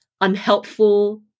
unhelpful